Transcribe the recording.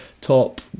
top